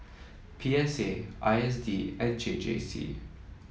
P S A I S D and J J C